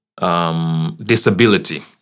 Disability